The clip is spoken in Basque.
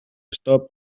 stop